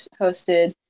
hosted